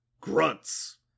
grunts